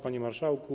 Panie Marszałku!